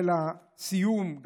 ולסיום,